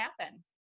happen